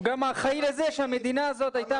הוא גם אחראי לזה שהמדינה הזאת הייתה